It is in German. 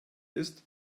ist